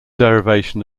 derivation